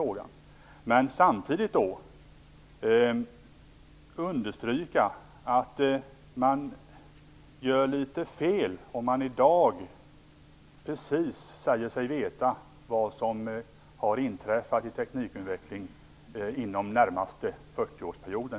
Jag vill samtidigt understryka att man gör litet fel om man i dag säger sig veta precis vad som kommer att inträffa i fråga om teknikutveckling under t.ex. den närmaste 40-årsperioden.